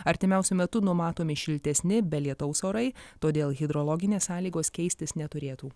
artimiausiu metu numatomi šiltesni be lietaus orai todėl hidrologinės sąlygos keistis neturėtų